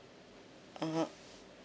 (uh huh)